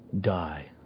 die